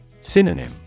Synonym